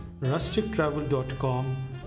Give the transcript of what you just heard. rustictravel.com